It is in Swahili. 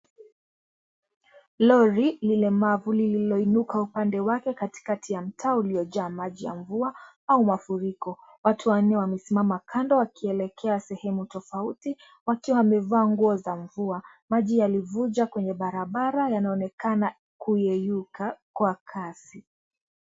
Lori lilemavu lililoinuka upande wake katikati ya mtaa uliojaa maji ya mvua au mafuriko. Watu wanne wamesimama kando wakielekea sehemu tofauti, wakiwa wamevaa nguo za mvua. Maji yalivunja kwenye barabara yanayoonekana kuyeyuka kwa kasi